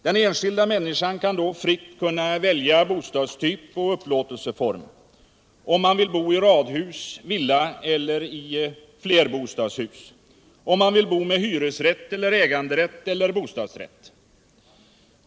Den enskilda rnänniskan kan då fritt välja bostadstyp och upplåtelseform — om man vill bo i radhus, villa eller flerbostadshus, om man vill bo med hyresrätt, äganderätt eller bostadsrätt.